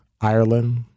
Ireland